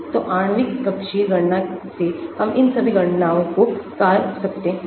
तो आणविक कक्षीय गणना से हम इन सभी गणनाओं को कर सकते हैं